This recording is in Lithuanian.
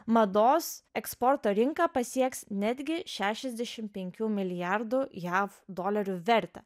mados eksporto rinką pasieks netgi šešiasdešim penkių milijardų jav dolerių vertę